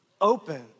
open